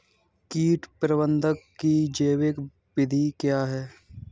कीट प्रबंधक की जैविक विधि क्या है?